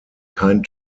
kein